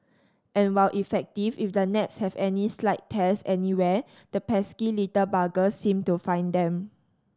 and while effective if the nets have any slight tears anywhere the pesky little buggers seem to find them